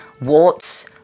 warts